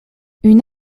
une